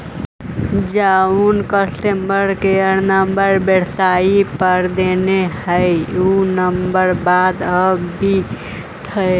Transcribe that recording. जउन customer care number website पर देल हई ऊ नंबर बंद आबित हई